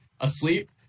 asleep